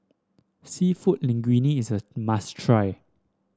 seafood Linguine is a must try